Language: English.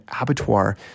Abattoir